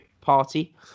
party